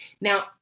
Now